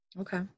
Okay